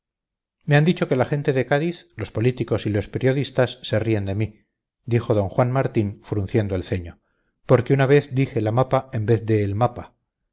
me han dicho que la gente de cádiz los políticos y los periodistas se ríen de mí dijo d juan martín frunciendo el ceño porque una vez dije la mapa en vez de el mapa